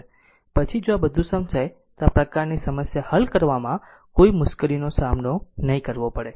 પછી જો આ બધું સમજાય તો આ પ્રકારની સમસ્યા હલ કરવામાં કોઈ મુશ્કેલીઓનો સામનો કરવો નહીં પડે